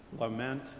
lament